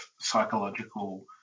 psychological